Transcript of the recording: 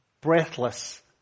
breathless